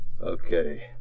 Okay